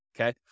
okay